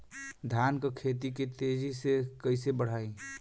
धान क खेती के तेजी से कइसे बढ़ाई?